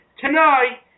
tonight